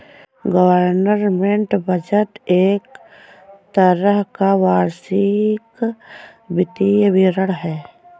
government budget एक तरह का वार्षिक वित्तीय विवरण है